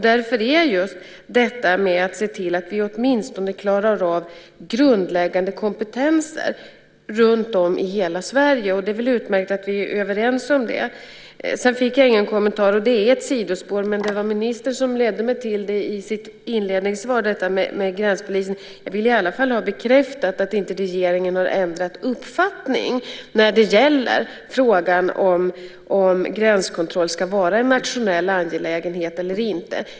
Därför är det viktigt att se till att vi åtminstone har grundläggande kompetens runtom i hela Sverige. Det är utmärkt att vi är överens om det. Sedan fick jag ingen kommentar om detta med gränspolisen. Det är ett sidospår, men det var ministern som ledde mig in på det i sitt svar. Jag vill i alla fall ha bekräftat att regeringen inte har ändrat uppfattning när det gäller frågan om huruvida gränskontroll ska vara en nationell angelägenhet eller inte.